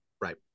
right